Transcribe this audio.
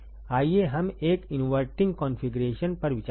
आइए हम एक इनवर्टिंग कॉन्फ़िगरेशन पर विचार करें